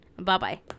Bye-bye